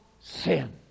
sin